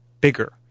bigger